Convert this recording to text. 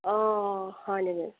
অঁ হয় নেকি